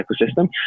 ecosystem